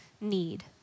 need